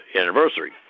anniversary